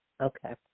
Okay